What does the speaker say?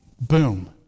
boom